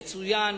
יצוין